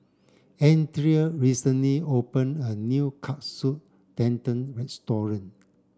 Andria recently opened a new Katsu Tendon restaurant